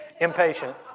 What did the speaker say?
Impatient